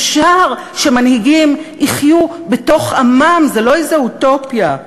אפשר שמנהיגים יחיו בתוך עמם, זה לא איזו אוטופיה.